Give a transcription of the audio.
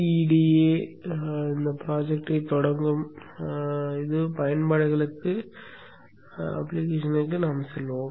gEDA திட்டத்தை தொடங்கும் பயன்பாடுகளுக்கு நாம் செல்வோம்